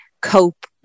cope